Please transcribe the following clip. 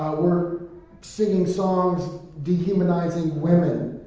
we're singing songs dehumanizing women.